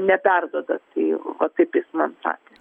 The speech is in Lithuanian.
neperduoda tai va taip jis man sakė